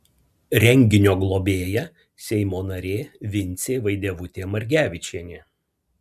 renginio globėja seimo narė vincė vaidevutė margevičienė